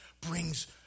brings